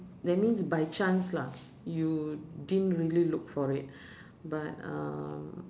that means by chance lah you didn't really look for it but um